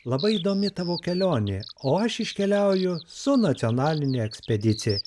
labai įdomi tavo kelionė o aš iškeliauju su nacionaline ekspedicija